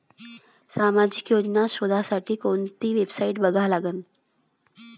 सामाजिक योजना शोधासाठी कोंती वेबसाईट बघा लागन?